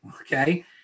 Okay